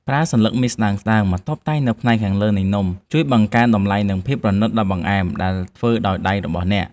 ប្រើសន្លឹកមាសស្តើងៗមកតុបតែងនៅផ្នែកខាងលើនៃនំជួយបង្កើនតម្លៃ និងភាពប្រណីតដល់បង្អែមដែលធ្វើដោយដៃផ្ទាល់របស់អ្នក។